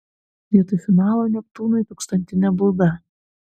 vietoj finalo neptūnui tūkstantinė bauda